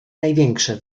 największe